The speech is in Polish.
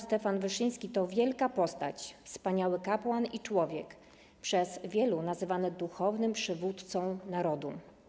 Stefan Wyszyński to wielka postać, wspaniały kapłan i człowiek, przez wielu nazywany duchownym przywódcą narodu.